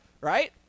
right